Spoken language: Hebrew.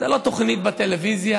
הן לא תוכנית בטלוויזיה.